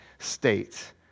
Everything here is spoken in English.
state